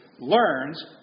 learns